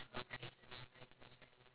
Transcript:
oh okay okay